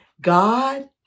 God